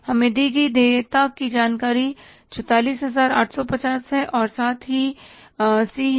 हमें दी गई देयता की जानकारी 44850 है और साथ ही सी है